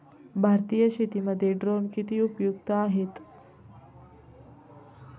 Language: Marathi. भारतीय शेतीमध्ये ड्रोन किती उपयुक्त आहेत?